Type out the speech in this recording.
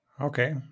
Okay